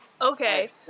okay